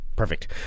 Perfect